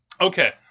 Okay